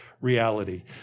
reality